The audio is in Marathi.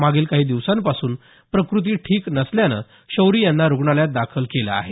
मागील काही दिवसांपासून प्रकृती ठिक नसल्यामुळं शौरी यांना रुग्णालयात दाखल केलं आहे